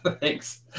thanks